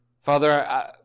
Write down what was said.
Father